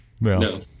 no